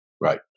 Right